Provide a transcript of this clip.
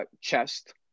chest